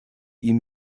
ihm